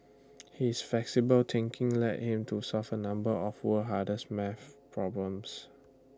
his flexible thinking led him to solve A number of world hardest math problems